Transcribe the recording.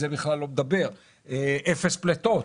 אפס פליטות,